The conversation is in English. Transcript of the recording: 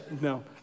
no